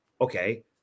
okay